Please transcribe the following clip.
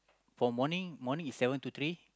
from morning morning is seven to three